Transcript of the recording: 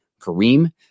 Kareem